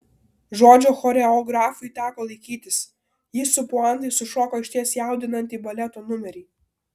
žodžio choreografui teko laikytis jis su puantais sušoko išties jaudinantį baleto numerį